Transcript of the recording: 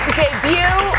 debut